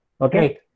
Okay